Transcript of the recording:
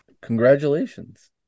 Congratulations